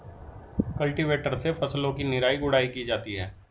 cultivator से फसलों की निराई गुड़ाई की जाती है